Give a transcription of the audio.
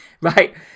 Right